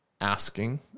Asking